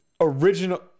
original